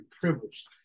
privileged